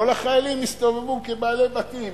כל החיילים הסתובבו כבעלי בתים.